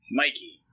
mikey